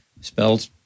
spelled